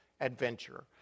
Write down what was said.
adventure